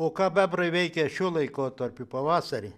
o ką bebrai veikia šiuo laikotarpiu pavasarį